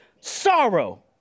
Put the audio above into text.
sorrow